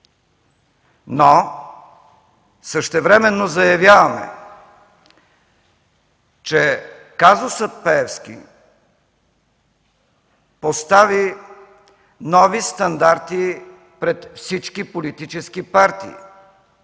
Същевременно заявяваме, че казусът „Пеевски” постави нови стандарти пред всички политически партии,